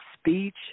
speech